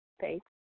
faith